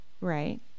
right